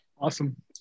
Awesome